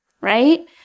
right